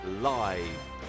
live